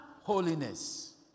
holiness